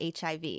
HIV